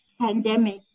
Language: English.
pandemic